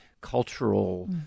cultural